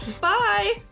Bye